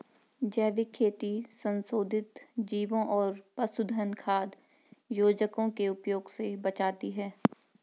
जैविक खेती संशोधित जीवों और पशुधन खाद्य योजकों के उपयोग से बचाती है